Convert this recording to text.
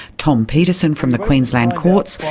tom pettersson from the queensland courts,